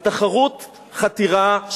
ובזה אני אסיים, על תחרות חתירה בין